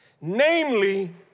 Namely